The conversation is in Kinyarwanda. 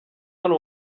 hano